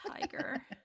Tiger